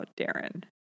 Darren